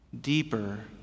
deeper